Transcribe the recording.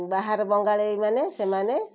ବାହାର ବଙ୍ଗଳୀମାନେ ସେମାନେ